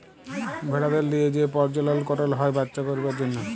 ভেড়াদের লিয়ে যে পরজলল করল হ্যয় বাচ্চা করবার জনহ